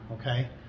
Okay